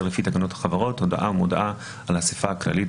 לפי תקנות החברות (הודעה ומודעה על אסיפה כללית